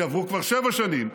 כי עברו כבר שבע שנים,